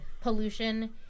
pollution